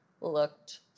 looked